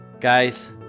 Guys